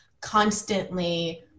constantly